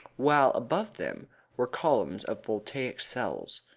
while above them were columns of voltaic cells.